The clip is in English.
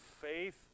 faith